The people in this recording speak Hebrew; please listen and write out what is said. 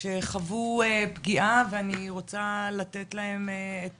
שחוו פגיעה ואני רוצה לתת להם את